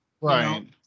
Right